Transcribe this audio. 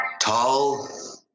Tall